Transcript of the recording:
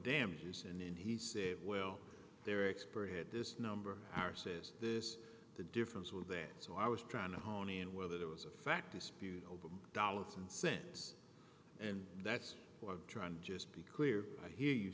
damages and in he said well their expert had this number our say is this the difference was there so i was trying to hone in on whether there was a fact dispute over dollars and cents and that's what i'm trying to just be clear i hear you